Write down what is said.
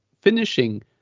finishing